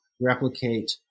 replicate